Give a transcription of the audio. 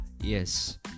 Yes